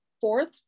Fourth